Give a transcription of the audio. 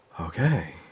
okay